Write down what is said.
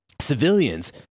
civilians